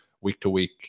week-to-week